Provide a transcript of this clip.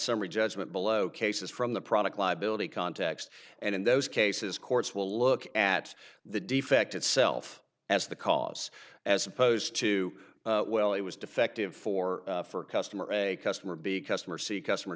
summary judgment below cases from the product liability context and in those cases courts will look at the defect itself as the cause as opposed to well it was defective for for customer a customer b customer c customer